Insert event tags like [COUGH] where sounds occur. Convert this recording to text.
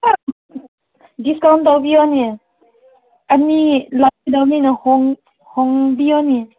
[UNINTELLIGIBLE] discount ꯇꯧꯕꯤꯌꯣꯅꯦ ꯑꯅꯤ ꯂꯧꯒꯗꯧꯅꯤꯅ ꯍꯣꯡꯕꯤꯌꯣꯅꯦ